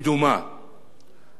הגנת העורף היא גם